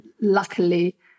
luckily